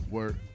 Work